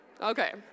Okay